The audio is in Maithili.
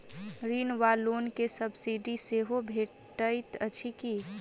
ऋण वा लोन केँ सब्सिडी सेहो भेटइत अछि की?